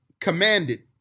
commanded